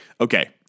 okay